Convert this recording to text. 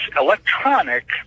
electronic